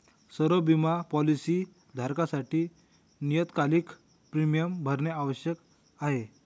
सर्व बिमा पॉलीसी धारकांसाठी नियतकालिक प्रीमियम भरणे आवश्यक आहे